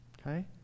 Okay